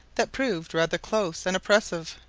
that proved rather close and oppressive.